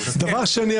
דבר שני,